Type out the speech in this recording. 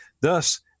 Thus